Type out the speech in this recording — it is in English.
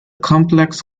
complex